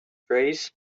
phrase